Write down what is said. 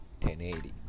1080